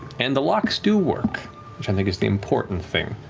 and the locks do work, which i think is the important thing.